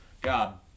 God